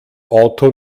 auto